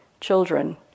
children